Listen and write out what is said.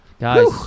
guys